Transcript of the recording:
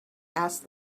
asked